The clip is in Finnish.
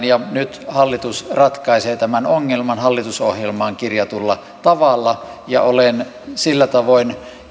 ja nyt hallitus ratkaisee tämän ongelman hallitusohjelmaan kirjatulla tavalla ja olen sillä tavoin